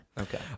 Okay